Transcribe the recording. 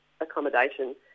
accommodation